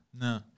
No